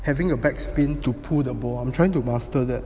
having a back spin to pull the ball I'm trying to master that